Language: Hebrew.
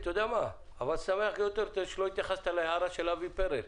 בתוספת הראשונה